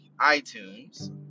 iTunes